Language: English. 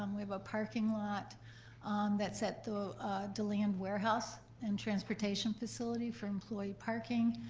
um we have a parking lot um that's at the deland warehouse and transportation facility for employee parking